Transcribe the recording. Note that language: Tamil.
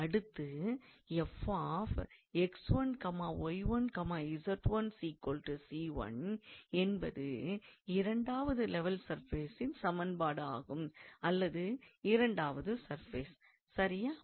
அடுத்து 𝑓𝑥1𝑦1𝑧1 𝑐1 என்பது இரண்டாவது லெவல் சர்ஃபேசின் சமன்பாடு ஆகும் அல்லது இரண்டாவது சர்பேஸ் சரியா